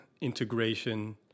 integration